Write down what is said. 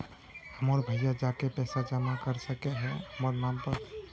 हमर भैया जाके पैसा जमा कर सके है न हमर नाम पर?